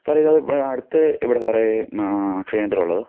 സാറെ ഇത് അടുത്ത് എവിടെ സാറെ അക്ഷയ കേന്ദ്രമുള്ളത്